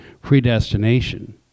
predestination